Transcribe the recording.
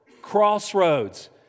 crossroads